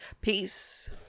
peace